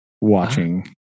watching